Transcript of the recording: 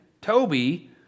Toby